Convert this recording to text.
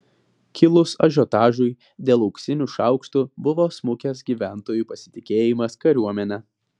kilus ažiotažui dėl auksinių šaukštų buvo smukęs gyventojų pasitikėjimas kariuomene